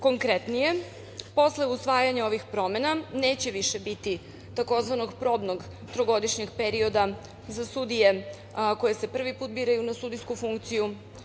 Konkretnije, posle usvajanja ovih promena neće više biti tzv. „probnog trogodišnjeg perioda“ za sudije koje se prvi put biraju na sudijsku funkciju.